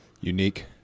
Unique